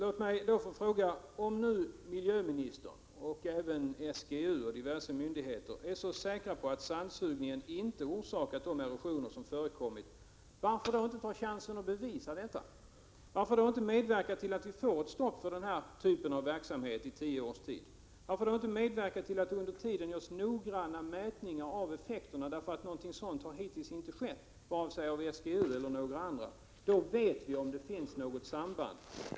Om nu miljöministern och även SGU och diverse myndigheter är så säkra på att sandsugningen inte orsakat de erosioner som förekommit, varför då inte ta chansen att bevisa detta? Varför då inte medverka till att vi får ett stopp för den här typen av verksamhet i tio års tid? Varför då inte medverka till att det under tiden görs noggranna mätningar av effekterna? Någonting sådant har hittills inte gjorts, vare sig av SGU eller några andra, men om så sker får vi veta om det finns något samband.